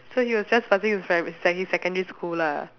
so he was trespassing his pri~ second~ secondary school lah